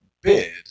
bid